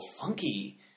funky